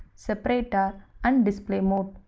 separator and display mode.